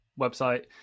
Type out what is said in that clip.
website